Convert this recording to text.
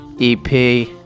EP